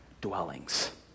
dwellings